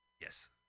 Yes